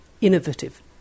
innovative